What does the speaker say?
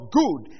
good